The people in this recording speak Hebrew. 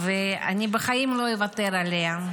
ואני בחיים לא אוותר עליה,